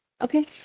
Okay